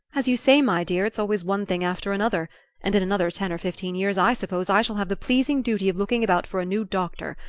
as you say, my dear, it's always one thing after another and in another ten or fifteen years i suppose i shall have the pleasing duty of looking about for a new doctor.